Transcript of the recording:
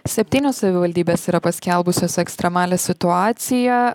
septynios savivaldybės yra paskelbusios ekstremalią situaciją